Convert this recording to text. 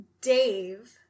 Dave